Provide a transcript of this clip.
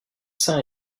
sains